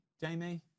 Jamie